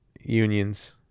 unions